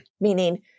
Meaning